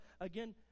again